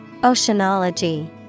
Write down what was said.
Oceanology